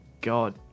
god